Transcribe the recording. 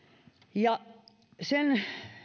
sen